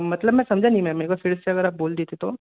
मतलब मैं समझा नहीं मैम एक बार फिर से अगर आप बोल देतीं तो